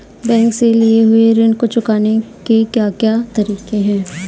Bank से लिए हुए ऋण को चुकाने के क्या क्या तरीके हैं?